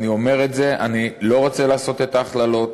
אני אומר את זה, אני לא רוצה לעשות את ההכללות.